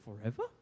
forever